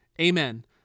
amen